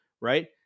right